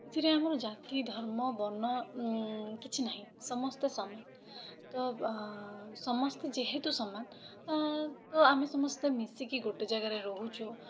ଏଥିରେ ଆମର ଜାତି ଧର୍ମ ବର୍ଣ୍ଣ କିଛି ନାହିଁ ସମସ୍ତେ ସମାନ ତ ସମସ୍ତେ ଯେହେତୁ ସମାନ ତ ଆମେ ସମସ୍ତେ ମିଶିକି ଗୋଟେ ଜାଗାରେ ରହୁଛୁ